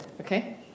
okay